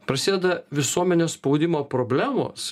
prasideda visuomenės spaudimo problemos